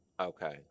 Okay